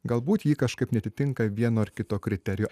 galbūt ji kažkaip neatitinka vieno ar kito kriterijo